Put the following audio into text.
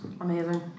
Amazing